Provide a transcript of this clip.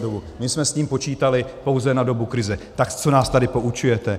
My jsme s ním počítali pouze na dobu krize, tak co nás tady poučujete!